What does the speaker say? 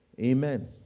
Amen